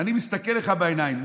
אני מסתכל לך בעיניים.